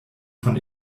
von